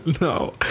No